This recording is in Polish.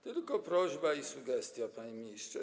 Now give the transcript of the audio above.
Tylko prośba i sugestia, panie ministrze.